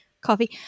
coffee